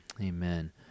Amen